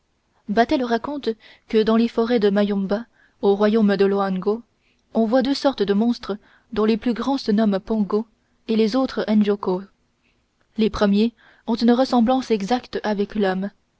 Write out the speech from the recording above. battel raconte que dans les forêts de mayomba au royaume de loango on voit deux sortes de monstres dont les plus grands se nomment pongos et les autres enjokos les premiers ont une ressemblance exacte avec l'homme